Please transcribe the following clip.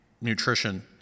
nutrition